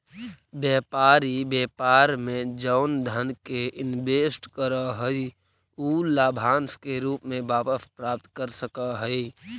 व्यापारी व्यापार में जउन धन के इनवेस्ट करऽ हई उ लाभांश के रूप में वापस प्राप्त कर सकऽ हई